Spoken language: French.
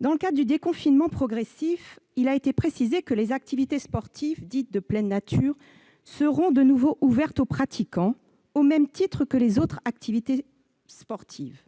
Dans le cadre du déconfinement progressif, il a été précisé que les activités sportives, dites « de pleine nature », seront de nouveau ouvertes aux pratiquants, au même titre que les autres activités sportives.